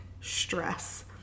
stress